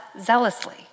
zealously